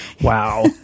Wow